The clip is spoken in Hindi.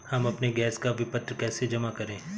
हम अपने गैस का विपत्र कैसे जमा करें?